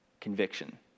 conviction